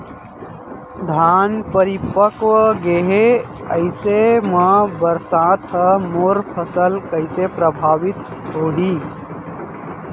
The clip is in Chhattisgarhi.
धान परिपक्व गेहे ऐसे म बरसात ह मोर फसल कइसे प्रभावित होही?